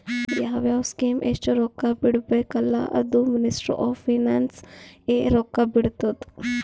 ಯಾವ್ ಯಾವ್ ಸ್ಕೀಮ್ಗ ಎಸ್ಟ್ ರೊಕ್ಕಾ ಬಿಡ್ಬೇಕ ಅಲ್ಲಾ ಅದೂ ಮಿನಿಸ್ಟ್ರಿ ಆಫ್ ಫೈನಾನ್ಸ್ ಎ ರೊಕ್ಕಾ ಬಿಡ್ತುದ್